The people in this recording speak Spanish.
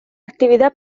actividad